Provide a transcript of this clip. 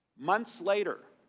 months later